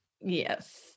Yes